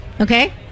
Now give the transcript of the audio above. Okay